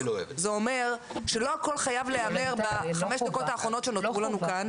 זה אומר שלא הכול חייב להיאמר בחמש הדקות האחרונות שנותרו לנו כאן,